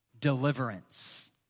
deliverance